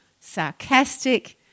sarcastic